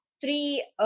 three